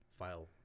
File